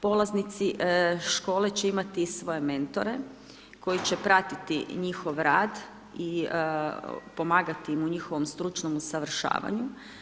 Polaznici škole će imati svoje mentore, koji će pratiti njihov rad i pomagati im u njihovom stručnom usavršavanju.